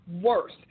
worse